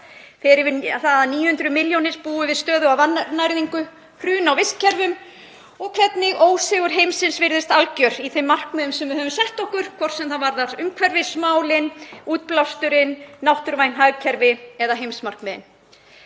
fátækt, að 900 milljónir manna búi við stöðuga vannæringu, hrun á vistkerfum og hvernig ósigur heimsins virðist alger í þeim markmiðum sem við höfum sett okkur, hvort sem það varðar umhverfismálin, útblásturinn, náttúruvæn hagkerfi eða heimsmarkmiðin.